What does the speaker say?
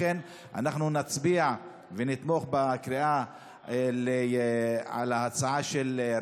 לכן אנחנו נצביע ונתמוך בקריאה זו בהצעה,